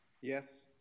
Yes